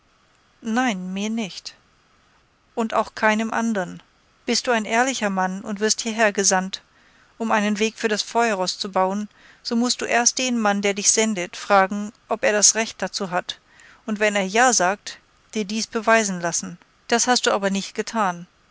nein mir nicht und auch keinem andern bist du ein ehrlicher mann und wirst hierher gesandt um einen weg für das feuerroß zu bauen so mußt du erst den mann der dich sendet fragen ob er das recht dazu hat und wenn er ja sagt dir dies beweisen lassen das hast du aber nicht getan